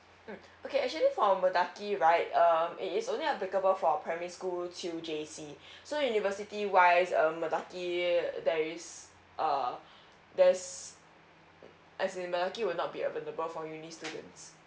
mm okay actually for mendaki right um it is only applicable for a primary school till J_C so university wise um mendaki there is err there's as in mendaki will not be available for uni students